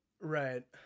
right